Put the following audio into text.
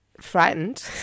frightened